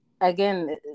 again